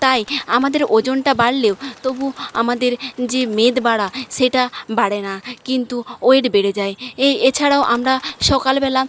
তাই আমাদের ওজনটা বাড়লেও তবু আমাদের যে মেদ বাড়া সেটা বাড়ে না কিন্তু ওয়েট বেড়ে যায় এই এছাড়াও আমরা সকালবেলা